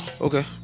Okay